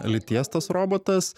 lyties tas robotas